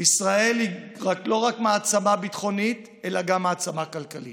ישראל היא לא רק מעצמה ביטחונית אלא גם מעצמה כלכלית,